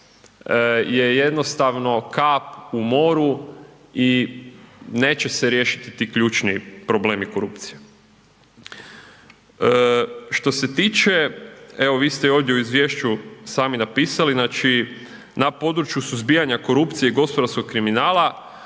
je jednostavno kap u moru, i neće se riješiti ti ključni problemi korupcije. Što se tiče, evo vi ste i ovdje u Izvješću sami napisali, znači, na području suzbijanja korupcije i gospodarskog kriminala,